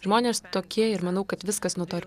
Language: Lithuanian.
žmonės tokie ir manau kad viskas nuo to